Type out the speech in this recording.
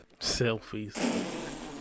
Selfies